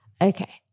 Okay